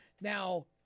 now